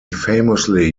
famously